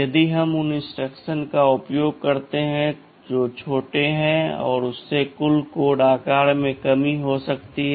यदि हम उन इंस्ट्रक्शंस का उपयोग करते हैं जो छोटे हैं तो इससे कुल कोड आकार में कमी हो सकती है